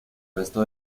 resto